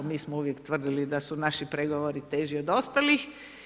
Mi smo uvijek tvrdili da su naši pregovori teži od ostalih.